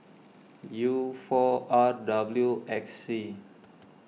U four R W X C